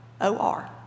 O-R